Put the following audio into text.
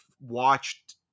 watched